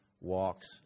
Walks